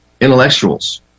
intellectuals